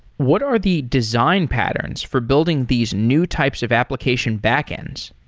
what are the design patterns for building these new types of application backends?